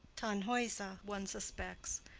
tannhauser, one suspects,